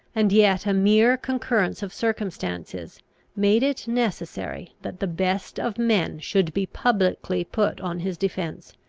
and yet a mere concurrence of circumstances made it necessary that the best of men should be publicly put on his defence,